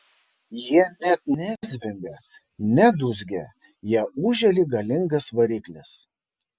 jie net ne zvimbia ne dūzgia jie ūžia lyg galingas variklis